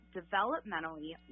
developmentally